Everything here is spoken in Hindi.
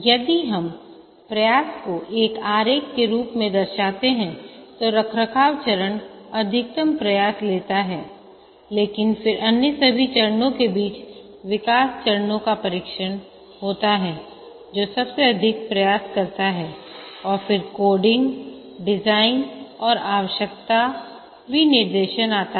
यदि हम प्रयास को एक आरेख के रूप में दर्शाते हैं तो रखरखाव चरण अधिकतम प्रयास लेता हैलेकिन फिर अन्य सभी चरणों के बीच विकास चरणों का परीक्षण होता है जो सबसे अधिक प्रयास करता है और फिर कोडिंग डिज़ाइन और आवश्यकता विनिर्देशन आता है